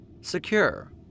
Secure